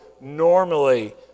normally